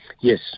Yes